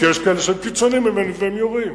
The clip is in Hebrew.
כי יש כאלה שהם קיצונים ממנו והם יורים.